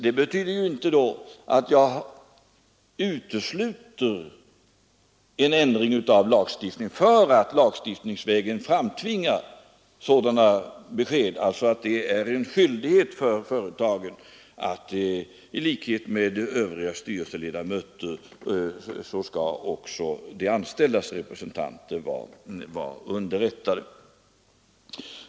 Det betyder ju inte att jag utesluter en ändring av lagstiftningen för att den vägen framtvinga sådana besked — det är alltså en skyldighet för företagen att se till att de anställdas representanter underrättas i likhet med övriga styrelseledamöter.